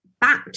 bat